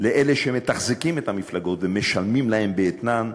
לאלה שמתחזקים את המפלגות ומשלמים להן באתנן,